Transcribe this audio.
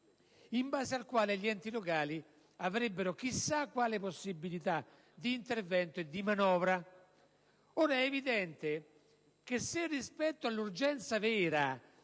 in base al quale gli enti locali avrebbero chissà quali possibilità di intervento e di manovra. Ora, è evidente che, se rispetto all'urgenza vera,